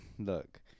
look